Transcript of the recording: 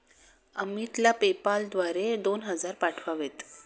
अमितला पेपाल द्वारे दोन हजार पाठवावेत